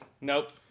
Nope